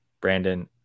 Brandon